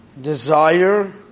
desire